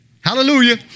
Hallelujah